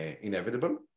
inevitable